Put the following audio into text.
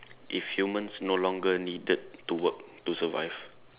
if humans no longer needed to work to survive